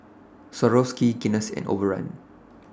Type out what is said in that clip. Swarovski Guinness and Overrun